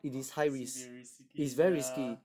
!huh! sibei risky sia